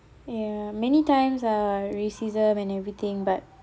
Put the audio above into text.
ya many times ah racism and everything but